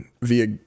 via